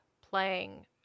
playing